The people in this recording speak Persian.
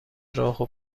راهو